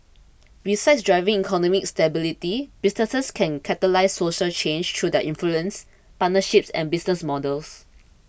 besides driving economic stability businesses can catalyse social change through their influence partnerships and business models